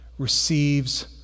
Receives